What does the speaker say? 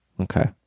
Okay